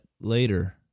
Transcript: later